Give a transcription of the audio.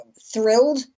thrilled